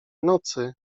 nocy